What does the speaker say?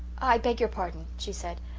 i beg your pardon, she said.